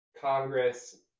Congress